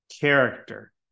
character